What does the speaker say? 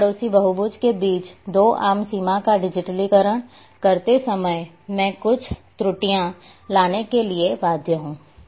दो पड़ोसी बहुभुजों के बीच दो आम सीमा का डिजिटलीकरण करते समय मैं कुछ त्रुटियां लाने के लिए बाध्य हूं